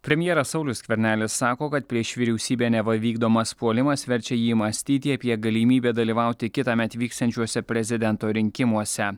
premjeras saulius skvernelis sako kad prieš vyriausybę neva vykdomas puolimas verčia jį mąstyti apie galimybę dalyvauti kitąmet vyksiančiuose prezidento rinkimuose